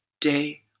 day